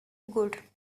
good